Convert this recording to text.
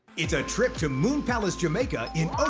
it's a trip to moon palace, jamaica in